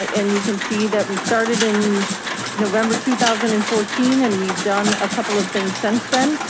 and you can see that we started in november two thousand and fourteen. and we've done a couple of things since then.